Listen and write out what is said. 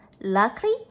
Luckily